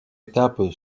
étape